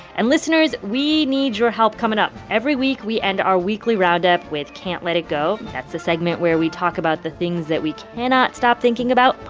and listeners, we need your help coming up. every week, we end our weekly roundup with can't let it go. that's the segment where we talk about the things that we cannot stop thinking about,